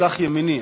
תשכח ימיני.